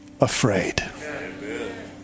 afraid